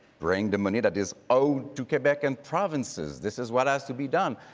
bring the money that is owed to quebec and provinces. this is what has to be done.